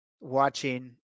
watching